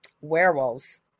werewolves